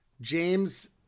James